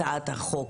הצעת החוק.